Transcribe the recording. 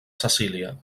cecília